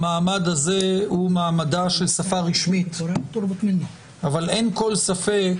המעמד הזה הוא מעמדה של שפה רשמית אבל אין כל ספק